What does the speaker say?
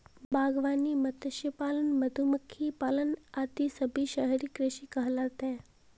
बागवानी, मत्स्य पालन, मधुमक्खी पालन आदि सभी शहरी कृषि कहलाते हैं